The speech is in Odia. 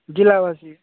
ଜିଲ୍ଲା ବାସୀ